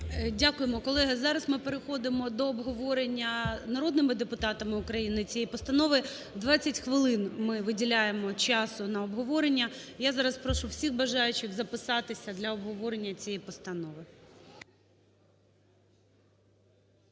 Дякуємо. Колеги, зараз ми переходимо до обговорення народними депутатами України цієї постанови. 20 хвилин ми виділяємо часу на обговорення. Я зараз прошу всіх бажаючих записатися для обговорення цієї постанови.